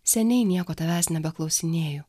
seniai nieko tavęs nebeklausinėju